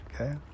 okay